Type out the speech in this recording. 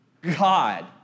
God